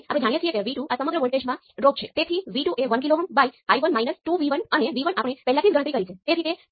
હવે સમગ્ર સેટ વચ્ચેનો બીજો સંબંધ તમે પહેલેથી જ જાણો છો